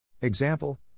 Example